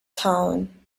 town